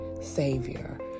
savior